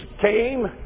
came